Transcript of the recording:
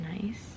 nice